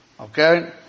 Okay